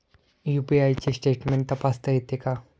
UPI चे statement तपासता येते का?